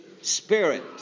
spirit